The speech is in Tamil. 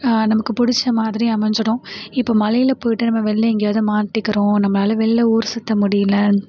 நமக்கு பிடிச்ச மாதிரி அமைஞ்சிடும் இப்போ மழையில் போய்ட்டு நம்ம வெளில எங்கியாவது மாட்டிக்கிறோம் நம்மால் வெளில ஊர் சுற்ற முடியல